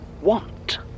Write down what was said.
want